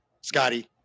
Scotty